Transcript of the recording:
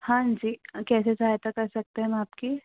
हाँ जी कैसे सहायता कर सकते हम आपकी